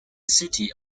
city